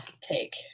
take